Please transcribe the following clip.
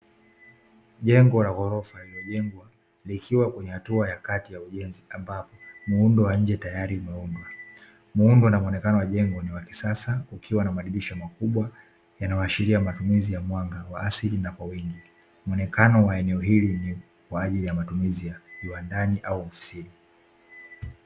Jengo la ghorofa lililojengwa likiwa kwenye hatua ya kazi ya ujenzi ambapo muundo wa nje tayari umeundwa, muundo na muonekano wa jengo ni wa kisasa ukiwa na madirisha makubwa yanayoashiria matumizi ya mwanga wa asili na kwa wingi, muonekano wa eneo hilo ni kwa ajili ya matumizi ya viwandani au ofisini.